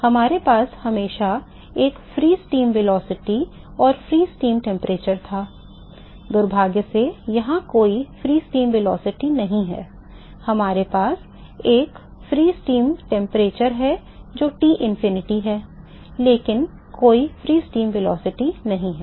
हमारे पास हमेशा एक मुक्त भाप वेग और मुक्त भाप तापमान था दुर्भाग्य से यहां कोई मुक्त भाप वेग नहीं है हमारे पास एक मुक्त भाप तापमान है जो टिनफिनिटी है लेकिन कोई मुक्त भाप वेग नहीं है